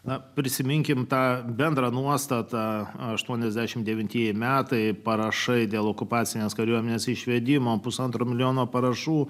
na prisiminkime tą bendrą nuostatą aštuoniasdešmt devintieji metai parašai dėl okupacinės kariuomenės išvedimo pusantro milijono parašų